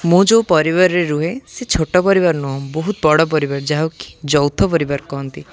ମୁଁ ଯେଉଁ ପରିବାରରେ ରୁହେ ସେ ଛୋଟ ପରିବାର ନୁହେଁ ବହୁତ ବଡ଼ ପରିବାର ଯାହାକି ଯୌଥ ପରିବାର କହନ୍ତି